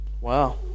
wow